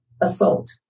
assault